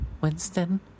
Winston